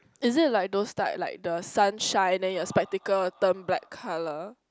is it like those type like the sunshine then your spectacle turn black colour